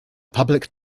public